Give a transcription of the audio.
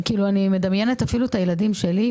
אני מדמיינת אפילו את הילדים שלי,